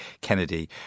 kennedy